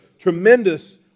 tremendous